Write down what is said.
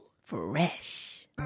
fresh